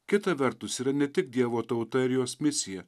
kita vertus yra ne tik dievo tauta ir jos misija